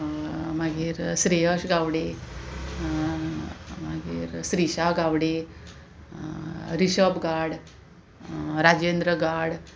मागीर श्रेयश गावडे मागीर श्रिशा गावडे रिशब गाड राजेंद्र गाड